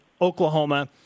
Oklahoma